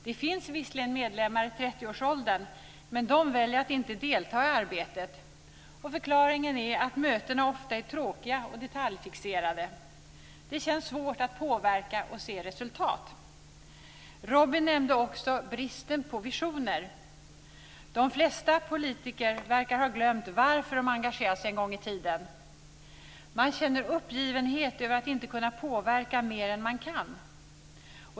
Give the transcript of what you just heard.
Det finns visserligen medlemmar i 30-årsåldern, men de väljer att inte delta i arbetet. Förklaringen är att mötena ofta är tråkiga och detaljfixerade. Det känns svårt att påverka och se resultat. Robin nämnde också bristen på visioner. De flesta politiker verkar ha glömt varför de engagerade sig en gång i tiden. Man känner uppgivenhet över att inte kunna påverka mer än man kan.